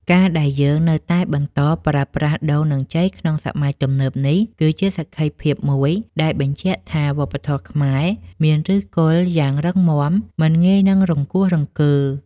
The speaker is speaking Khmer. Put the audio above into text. ការដែលយើងនៅតែបន្តប្រើប្រាស់ដូងនិងចេកក្នុងសម័យទំនើបនេះគឺជាសក្ខីភាពមួយដែលបញ្ជាក់ថាវប្បធម៌ខ្មែរមានឫសគល់យ៉ាងរឹងមាំមិនងាយនឹងរង្គោះរង្គើ។